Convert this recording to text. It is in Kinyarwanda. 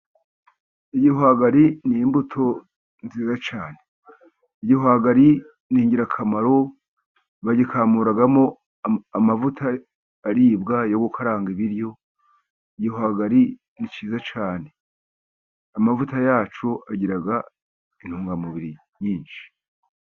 Igihwagari ni imbuto nziza cyane. Igihwagari ni ingirakamaro, bagikamuramo amavuta aribwa yo gukaranga ibiryo, igihwagari ni cyiza cyane. Amavuta yacyo agira intungamubiri nyinshi.